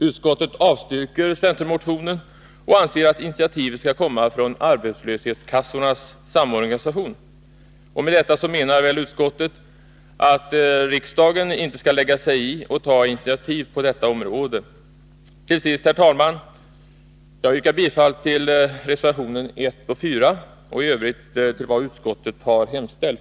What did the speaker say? Utskottet avstyrker centermotionen och anser att initiativet skall komma från Arbetslöshetskassornas samorganisation. Med detta menar väl utskottet att riksdagen inte skall lägga sig i den frågan och ta initiativ på detta område. Till sist, herr talman, yrkar jag bifall till reservationerna 1 och 4 till arbetsmarknadsutskottets betänkande nr 12 och i övrigt till vad utskottet har hemställt.